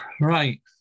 Right